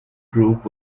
group